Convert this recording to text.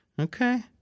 Okay